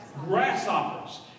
Grasshoppers